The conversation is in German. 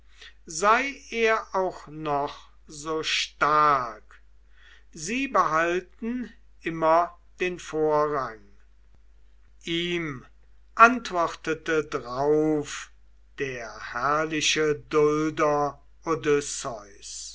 sei er auch noch so stark sie behalten immer den vorrang ihm antwortete drauf der herrliche dulder